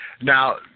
Now